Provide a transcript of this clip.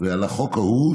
על החוק ההוא,